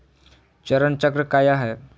चरण चक्र काया है?